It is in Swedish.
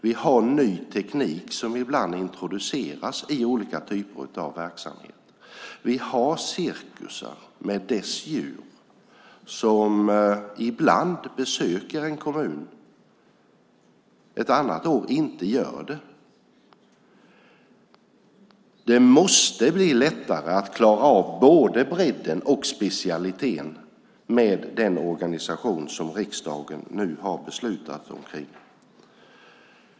Det finns ny teknik som introduceras i olika typer av verksamhet. Det finns cirkusar, med deras djur, som ibland besöker en kommun men som inte kommer dit varje år. Det måste bli lättare att klara av både bredden och specialiteten med den organisation som riksdagen nu har beslutat om.